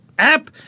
app